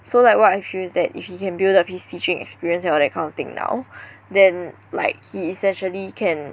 so like what I feel is that if he can build up his teaching experience and all that kind of thing now then like he essentially can